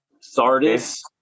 Sardis